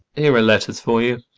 here are letters for you.